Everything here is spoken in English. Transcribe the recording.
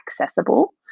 accessible